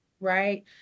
right